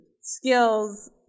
skills